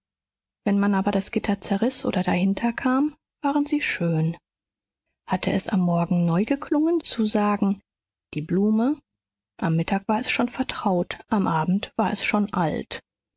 wenn man aber das gitter zerriß oder dahinter kam waren sie schön hatte es am morgen neu geklungen zu sagen die blume am mittag war es schon vertraut am abend war es schon alt